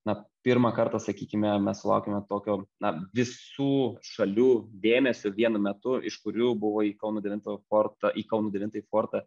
na pirmą kartą sakykime mes sulaukėme tokio na visų šalių dėmesio vienu metu iš kurių buvo į kauno devinto fortą į kauno devintąjį fortą